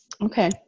Okay